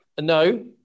No